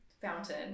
fountain